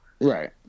Right